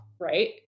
right